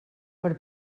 per